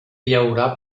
llaurar